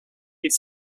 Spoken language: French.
est